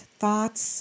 thoughts